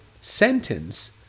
sentence